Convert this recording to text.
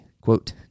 quote